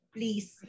Please